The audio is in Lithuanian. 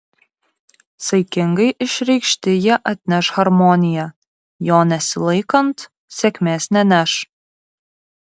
saikingai išreikšti jie atneš harmoniją jo nesilaikant sėkmės neneš